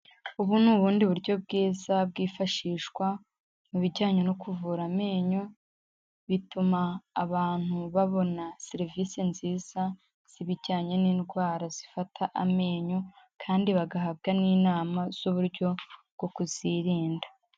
Ubu ni ubundi buryo bwiza bwifashishwa, mu bijyanye no kuvura amenyo, bituma abantu babona serivisi nziza z'ibijyanye n'indwara zifata amenyo, kandi bagahabwa n'inama z'uburyo bwo kuzirinda.